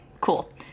cool